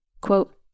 Quote